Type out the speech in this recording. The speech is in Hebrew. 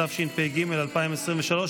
התשפ"ג 2023,